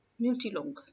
multilong